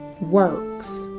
works